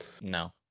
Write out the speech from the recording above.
no